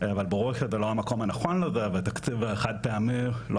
אבל ברור לי שזה לא המקום הנכון לזה ותקציב חד פעמי לא